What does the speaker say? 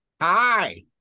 Hi